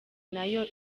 nayo